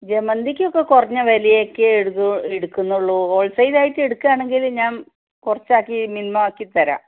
ജമന്തിക്കൊക്കെ കുറഞ്ഞ വിലയൊക്കെയെ എടുക്കുന്നുള്ളൂ ഹോൾസെയിലായിട്ട് എടുക്കുകയാണെങ്കില് ഞാന് കുറച്ചാക്കി മിനിമമാക്കിത്തരാം